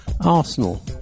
Arsenal